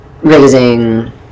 raising